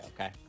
okay